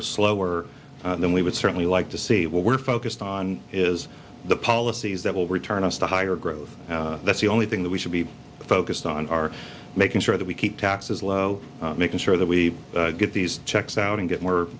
or slower than we would certainly like to see what we're focused on is the policies that will return us to higher growth that's the only thing that we should be focused on are making sure that we keep taxes low making sure that we get these checks out and get more